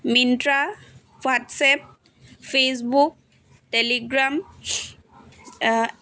Myntra WhatsApp Facebook Telegram